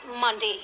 Monday